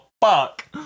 fuck